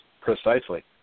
Precisely